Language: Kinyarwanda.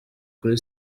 kuri